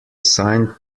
sign